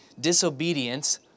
disobedience